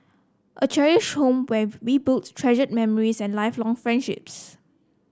a cherished home where we build treasured memories and lifelong friendships